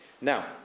Now